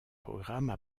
programmes